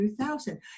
2000